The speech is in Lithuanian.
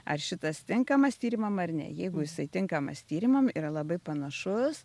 ar šitas tinkamas tyrimam ar ne jeigu jisai tinkamas tyrimam yra labai panašus